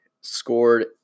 scored